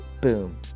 boom